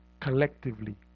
collectively